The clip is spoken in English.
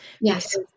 Yes